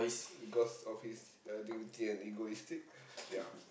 because of his uh dignity and egoistic ya